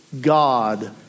God